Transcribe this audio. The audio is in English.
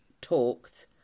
talked